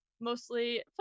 mostly